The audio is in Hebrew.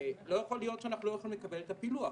לא יכול להיות שאנחנו לא יכולים לקבל את הפילוח.